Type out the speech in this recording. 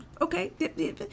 okay